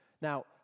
Now